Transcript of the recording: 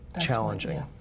challenging